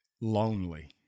lonely